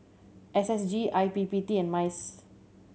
S S G I P P T and MICE